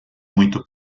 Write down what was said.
muito